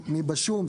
מלבד המקרה של השום,